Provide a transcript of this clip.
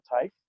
take